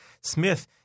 Smith